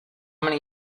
many